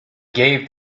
gave